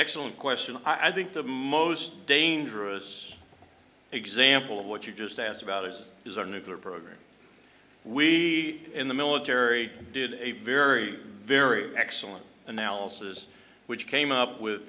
excellent question i think the most dangerous example of what you just asked about this is our nuclear program we in the military did a very very excellent analysis which came up with